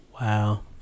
Wow